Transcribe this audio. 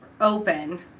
open